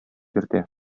йөртә